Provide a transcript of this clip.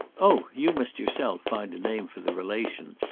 oh you must yourself find a name for the relation.